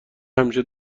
همیشه